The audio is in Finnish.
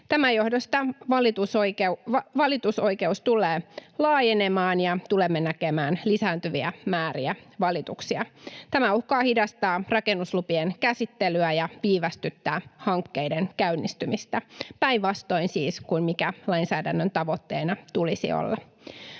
Tämän johdosta valitusoikeus tulee laajenemaan ja tulemme näkemään lisääntyviä määriä valituksia. Tämä uhkaa hidastaa rakennuslupien käsittelyä ja viivästyttää hankkeiden käynnistymistä — päinvastoin siis kuin mikä lainsäädännön tavoitteena tulisi olla.